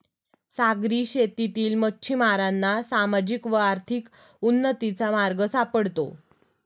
सागरी शेतीतील मच्छिमारांना सामाजिक व आर्थिक उन्नतीचा मार्ग सापडतो